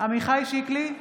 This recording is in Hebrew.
עמיחי שיקלי,